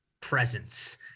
presence